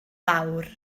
fawr